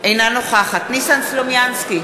אינה נוכחת ניסן סלומינסקי,